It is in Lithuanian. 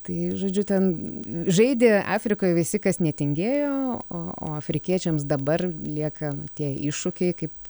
tai žodžiu ten žaidė afrikoj visi kas netingėjo o o afrikiečiams dabar lieka tie iššūkiai kaip